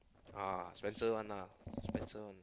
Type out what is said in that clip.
uh Spencer one ah Spencer one